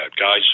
guys